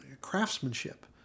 craftsmanship